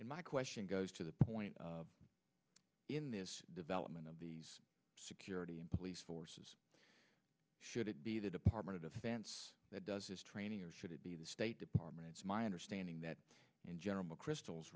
and my question goes to the point in this development of the security and police forces should it be the department of defense that does his training or should it be the state department it's my understanding that in general mcchrystal